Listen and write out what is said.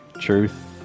truth